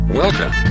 Welcome